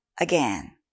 again